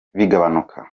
bigabanuka